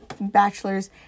bachelors